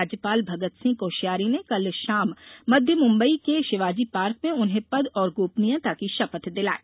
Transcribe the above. राज्यपाल भगत सिंह कोश्य्मी ने कल शाम मध्य मुंबई के शिवाजी पार्क में उन्हें पद और गोपनीयता की शपथ दिलाई